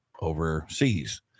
overseas